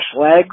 legs